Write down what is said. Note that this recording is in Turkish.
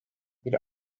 bir